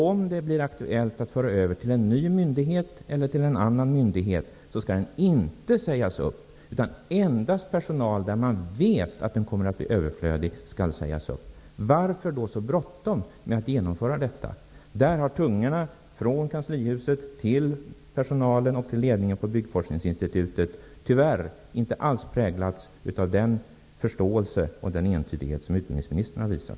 Om det blir aktuellt att föra över dem till en ny myndighet eller till en annan myndighet skall personalen inte sägas upp. Endast personal som man vet kommer att bli överflödig skall sägas upp. Varför då så bråttom med att genomföra detta? Där har de tungor som talat från kanslihuset till personalen och ledningen på Byggforskningsinstitutet tyvärr inte alls präglats av den förståelse och den entydighet som utbildningsministern har visat.